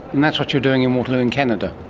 and that's what you're doing in waterloo in canada.